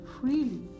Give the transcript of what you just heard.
freely